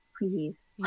please